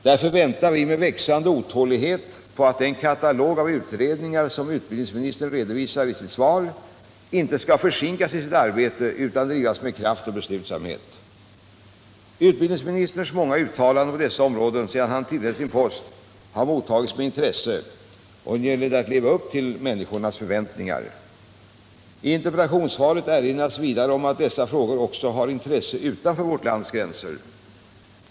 Därför väntar vi med växande otålighet på att den katalog av utredningar som utbildningsministern redovisar i sitt svar inte skall försinkas utan drivas med kraft och beslutsamhet. Utbildningsministerns många uttalanden på dessa områden sedan han tillträdde sin post har mottagits med intresse, och nu gäller det att leva upp till människornas förväntningar. I interpellationssvaret erinras vidare om att dessa frågor också har intresse utanför vårt lands gränser.